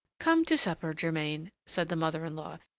come to supper, germain, said the mother-in-law.